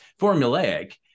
formulaic